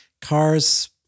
cars